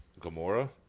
Gamora